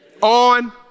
on